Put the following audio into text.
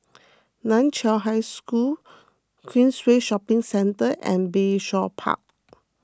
Nan Chiau High School Queensway Shopping Centre and Bayshore Park